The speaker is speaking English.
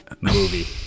movie